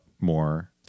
more